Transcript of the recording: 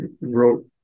wrote